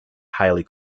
highly